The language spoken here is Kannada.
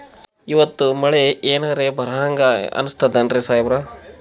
ಇವತ್ತ ಮಳಿ ಎನರೆ ಬರಹಂಗ ಅನಿಸ್ತದೆನ್ರಿ ಸಾಹೇಬರ?